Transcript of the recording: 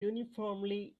uniformly